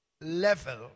level